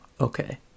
Okay